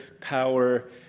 power